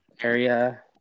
area